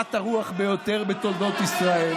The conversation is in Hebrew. גסת הרוח ביותר בתולדות ישראל.